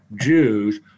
Jews